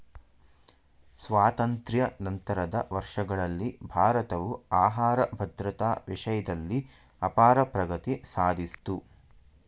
ಸ್ವಾತಂತ್ರ್ಯ ನಂತರದ ವರ್ಷಗಳಲ್ಲಿ ಭಾರತವು ಆಹಾರ ಭದ್ರತಾ ವಿಷಯ್ದಲ್ಲಿ ಅಪಾರ ಪ್ರಗತಿ ಸಾದ್ಸಿತು